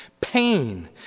Pain